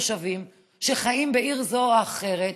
תושבים שחיים בעיר זו או אחרת,